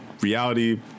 reality